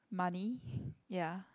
money ya